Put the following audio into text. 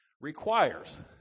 requires